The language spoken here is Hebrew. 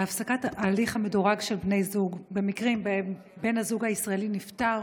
הפסקת ההליך המדורג של בני זוג במקרים שבהם בן הזוג הישראלי נפטר